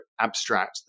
abstract